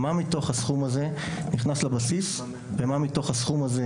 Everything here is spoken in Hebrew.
מה מתוך הסכום הזה נכנס לבסיס ומה מתוך הסכום הזה